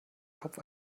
kopf